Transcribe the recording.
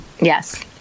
Yes